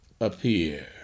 appear